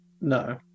No